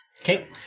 Okay